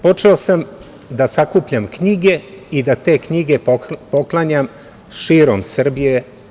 Počeo sam da sakupljam knjige i da te knjige poklanjam širom Srbije.